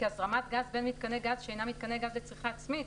כהזרמת גז בין מיתקני גז שאינם מיתקני גז לצריכה עצמית.